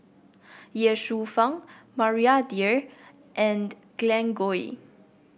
Ye Shufang Maria Dyer and Glen Goei